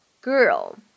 girl